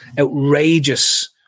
outrageous